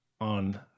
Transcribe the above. on